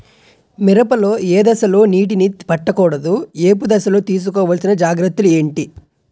మిరప లో ఏ దశలో నీటినీ పట్టకూడదు? ఏపు దశలో తీసుకోవాల్సిన జాగ్రత్తలు ఏంటి?